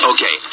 Okay